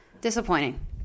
Disappointing